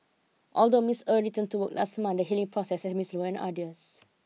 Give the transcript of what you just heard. although Miss Er returned to last month the healing process has been slow and arduous